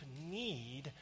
need